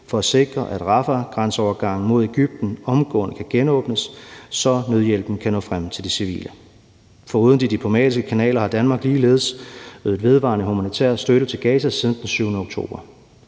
for at sikre, at Rafahgrænseovergangen mod Egypten omgående kan genåbnes, så nødhjælpen kan nå frem til de civile. Foruden arbejdet via de diplomatiske kanaler har Danmark ligeledes ydet vedvarende humanitær støtte til Gaza siden den 7. oktober.